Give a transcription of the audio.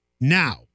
now